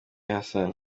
hassan